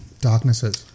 Darknesses